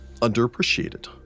underappreciated